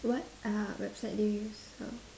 what uh website do you use for